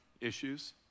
issues